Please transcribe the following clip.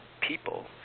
people